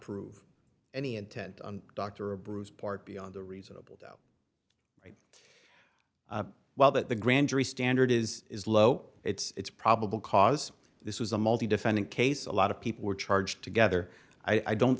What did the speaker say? prove any intent on dr bruce part beyond a reasonable doubt well that the grand jury standard is is low it's probable cause this was a multi defendant case a lot of people were charged together i don't